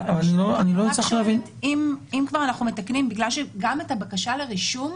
ואני רק שואלת שאם כבר אנחנו מתקנים בגלל שגם את הבקשה לרישום,